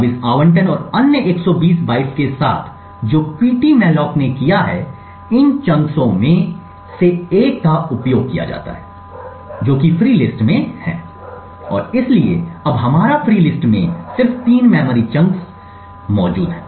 अब इस आबंटन और अन्य 120 बाइट्स के साथ जो पीटीमेलाक ने किया है इन चंक्सों में से एक का उपयोग किया जाता है जो कि फ्री लिस्ट में हैं और इसलिए अब हमारी फ्री लिस्ट में सिर्फ तीन मेमोरी चंक्स मौजूद हैं